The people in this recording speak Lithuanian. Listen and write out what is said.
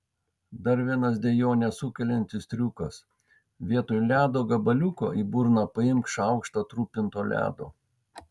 dar vienas dejones sukeliantis triukas vietoj ledo gabaliuko į burną paimk šaukštą trupinto ledo